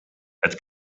het